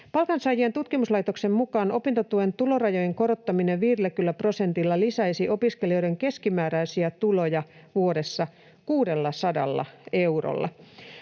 Palkansaajien tutkimuslaitoksen mukaan opintotuen tulorajojen korottaminen 50 prosentilla lisäisi opiskelijoiden keskimääräisiä tuloja vuodessa 600 eurolla.